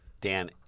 Dan